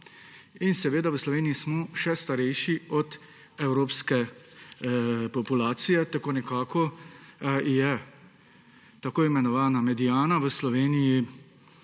staramo. V Sloveniji smo še starejši od evropske populacije, tako nekako je tako imenovana mediana v Sloveniji